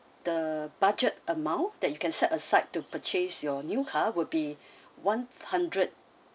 the budget amount that you can set aside to purchase your new car will be one hundred